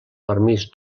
permís